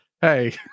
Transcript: hey